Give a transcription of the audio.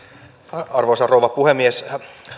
arvoisa rouva puhemies